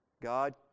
God